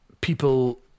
people